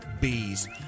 bees